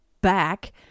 back